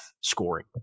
scoring